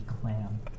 clam